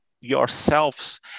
yourselves